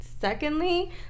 secondly